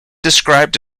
described